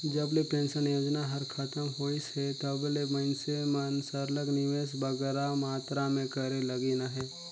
जब ले पेंसन योजना हर खतम होइस हे तब ले मइनसे मन सरलग निवेस बगरा मातरा में करे लगिन अहे